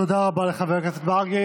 תודה רבה, חבר הכנסת מרגי.